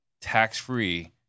tax-free